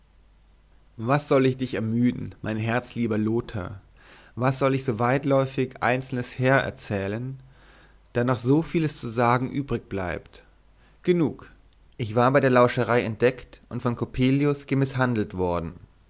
was soll ich dich ermüden mein herzlieber lothar was soll ich so weitläufig einzelnes hererzählen da noch so vieles zu sagen übrig bleibt genug ich war bei der lauscherei entdeckt und von coppelius gemißhandelt worden